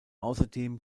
außerdem